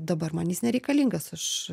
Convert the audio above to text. dabar man jis nereikalingas aš